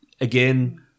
Again